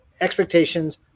expectations